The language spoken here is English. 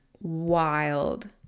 wild